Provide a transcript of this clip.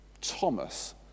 Thomas